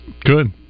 Good